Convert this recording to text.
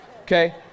okay